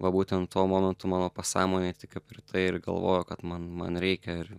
va būtent tuo momentu mano pasąmonėj tik kaip ir tai galvojo kad man man reikia ir